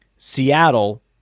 Seattle